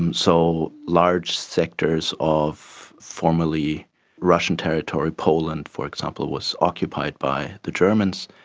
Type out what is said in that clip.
and so large sectors of formerly russian territory, poland for example, was occupied by the germans,